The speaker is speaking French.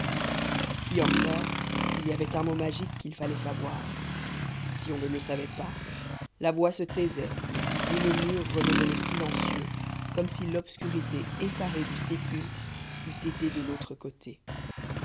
ici encore il y avait un mot magique qu'il fallait savoir si on ne le savait pas la voix se taisait et le mur redevenait silencieux comme si l'obscurité effarée du sépulcre eût été de l'autre côté